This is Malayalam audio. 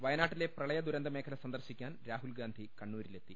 വയ നാട്ടില്ലെ പ്രപ്ളിയ് ദു രന്ത മേ ഖല സന്ദർശിക്കാൻ രാഹുൽഗാന്ധി കണ്ണൂരിലെത്തി